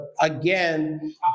again